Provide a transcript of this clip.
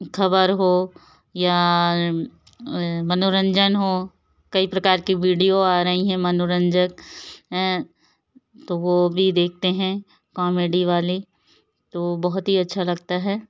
ख़बर हो या मनोरंजन हो कई प्रकार की विडियो आ रही हैं मनोरंजक तो वो भी देखते हैं कॉमेडी वाली तो बहुत ही अच्छा लगता है